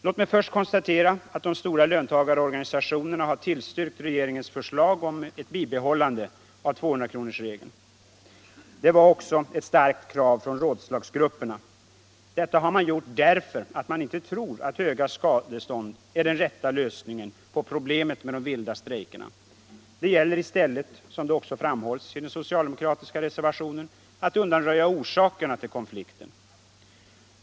Låt mig först konstatera att de stora löntagarorganisationerna har tillstyrkt regeringens förslag om ett bibehållande av 200 kronorsregeln. Det var också ett starkt krav från rådslagsgrupperna. Detta har man gjort därför att man inte tror att höga skadestånd är den rätta lösningen på problemet med de vilda strejkerna. Det gäller i stället, som det också framhålls i den socialdemokratiska reservationen, att undanröja orsakerna till konflikten.